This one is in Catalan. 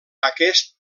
aquest